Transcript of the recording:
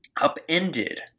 upended